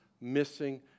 missing